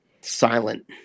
silent